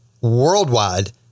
worldwide